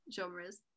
genres